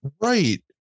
Right